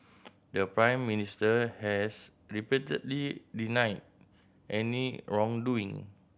the Prime Minister has repeatedly denied any wrongdoing